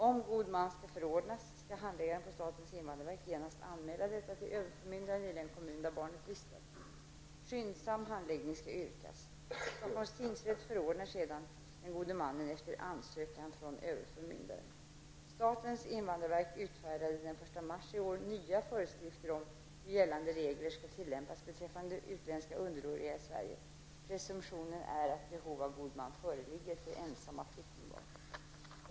Om god man skall förordnas skall handläggaren på statens invandrarverk genast anmäla detta till överförmyndaren i den kommun där barnet vistas. Skyndsam handläggning skall yrkas. Stockholms tingsrätt förordnar sedan den gode mannen efter ansökan från överförmyndaren. Presumtionen är att behov av god man föreligger för ensamma flyktingbarn.